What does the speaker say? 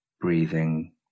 breathing